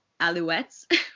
Alouettes